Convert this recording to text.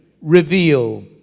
reveal